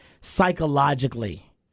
psychologically